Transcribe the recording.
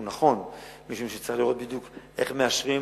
הוא נכון משום שצריך לראות בדיוק איך מאשרים,